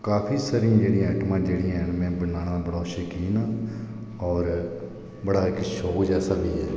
काफी सारियां आइटमां जेहडियां हैन में बनान्ना होन्नां में बड़ा शौकीन आं ते बड़ा इक शौक जैसा बी ऐ